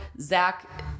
Zach